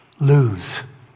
lose